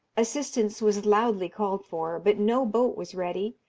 assistance was loudly called for, but no boat was ready,